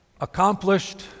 Accomplished